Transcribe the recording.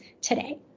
today